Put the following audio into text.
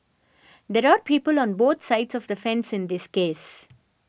there are people on both sides of the fence in this case